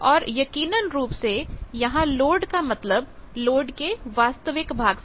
और यकीनन रूप से यहां लोड का मतलब लोड के वास्तविक भाग से है